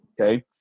okay